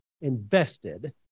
invested